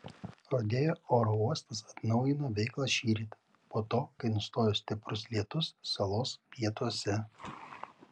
rodeo oro uostas atnaujino veiklą šįryt po to kai nustojo stiprus lietus salos pietuose